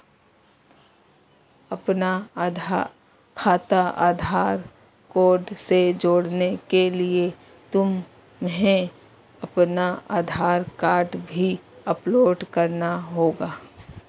अपना खाता आधार कार्ड से जोड़ने के लिए तुम्हें अपना आधार कार्ड भी अपलोड करना होगा